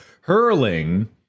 Hurling